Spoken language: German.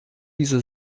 diese